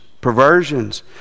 perversions